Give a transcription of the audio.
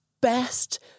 best